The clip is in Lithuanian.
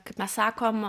kaip mes sakom